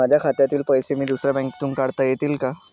माझ्या खात्यातील पैसे मी दुसऱ्या बँकेतून काढता येतील का?